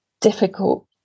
difficult